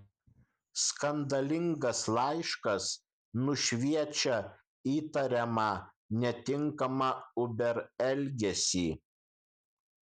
skandalingas laiškas nušviečia įtariamą netinkamą uber elgesį